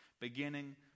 beginning